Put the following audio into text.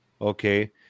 Okay